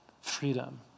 freedom